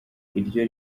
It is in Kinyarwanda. iryo